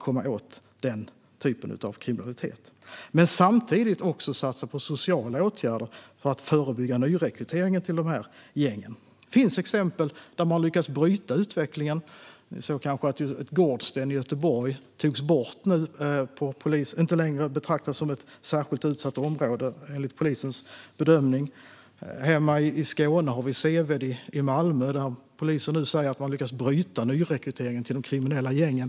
Man måste även satsa på sociala åtgärder för att förebygga nyrekryteringen till de här gängen. Det finns exempel på att man lyckats bryta utvecklingen. Ni har kanske sett att Gårdsten i Göteborg inte längre betraktas som ett särskilt utsatt område enligt polisens bedömning. Hemma i Skåne har vi Seved i Malmö, där polisen nu säger att man lyckats bryta nyrekryteringen till de kriminella gängen.